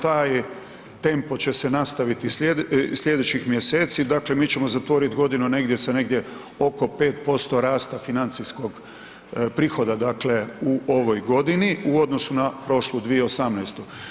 Taj tempo će se nastaviti i sljedećih mjeseci, dakle mi ćemo zatvoriti godinu negdje sa negdje oko 5% rasta financijskog prihoda dakle u ovoj godini u odnosu na prošlu 2018.